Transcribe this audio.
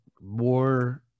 more